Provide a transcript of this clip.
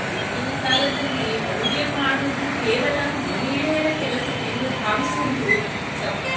ಈಗಿನ ಕಾಲದಲ್ಲಿ ಅಡುಗೆ ಮಾಡುವುದು ಕೇವಲ ಮಹಿಳೆಯರ ಕೆಲಸ ಎಂದು ಭಾವಿಸುವುದು ತಪ್ಪು